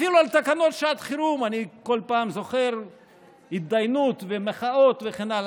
אפילו על תקנות לשעת חירום אני כל פעם זוכר התדיינות ומחאות וכן הלאה,